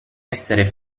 esser